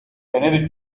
eneritz